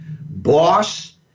Boss